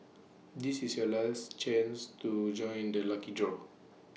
this is your last chance to join the lucky draw